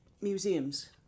museums